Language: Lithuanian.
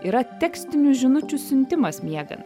yra tekstinių žinučių siuntimas miegant